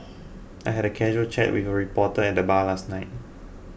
I had a casual chat with a reporter at the bar last night